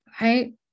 Right